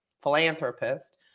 philanthropist